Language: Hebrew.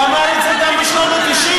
הוא אמר את זה גם בשנות ה-90,